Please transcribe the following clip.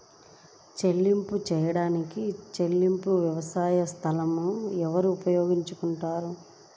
చెల్లింపులు చేయడానికి చెల్లింపు వ్యవస్థలను ఎవరు ఉపయోగించుకొంటారు?